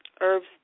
Herbs